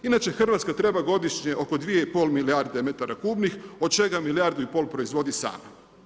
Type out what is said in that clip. Inače Hrvatska treba godišnje oko 2,5 milijarde metara kubnih od čega milijardu i pol proizvodi sama.